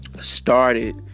started